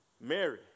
Mary